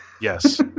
Yes